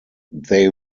they